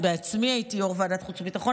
בעצמי הייתי יו"ר ועדת חוץ וביטחון,